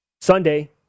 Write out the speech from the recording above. Sunday